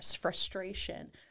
frustration